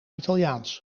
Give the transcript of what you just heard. italiaans